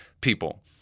people